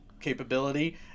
capability